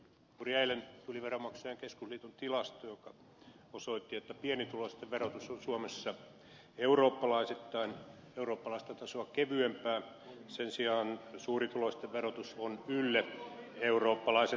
juuri eilen tuli veronmaksajain keskusliiton tilasto joka osoitti että pienituloisten verotus on suomessa eurooppalaista tasoa kevyempää sen sijaan suurituloisten verotus on ylle eurooppalaisen tason